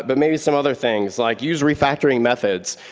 but maybe some other things, like use refactoring methods,